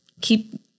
keep